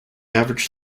average